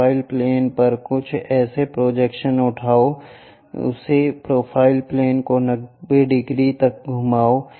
profile plane पर कुछ इसे प्रोजेक्शन उठाओ उस प्रोफाइल प्लेन को 90 डिग्री तक घुमाओ